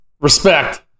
respect